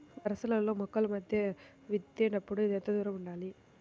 వరసలలో మొక్కల మధ్య విత్తేప్పుడు ఎంతదూరం ఉండాలి?